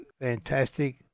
fantastic